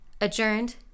adjourned